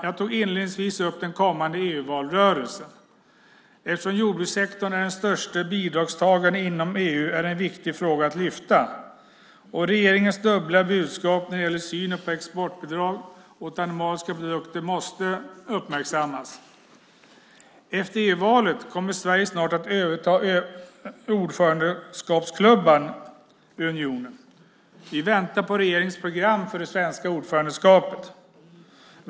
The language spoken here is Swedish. Jag tog inledningsvis upp den kommande EU-valrörelsen. Eftersom jordbrukssektorn är den största bidragstagaren inom EU är det en viktig fråga att lyfta upp. Regeringens dubbla budskap när det gäller synen på exportbidrag åt animaliska produkter måste uppmärksammas. Efter EU-valet kommer Sverige snart att överta ordförandeskapsklubban i unionen. Vi väntar på regeringens program för det svenska ordförandeskapet.